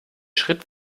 schritt